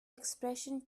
expression